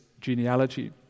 genealogy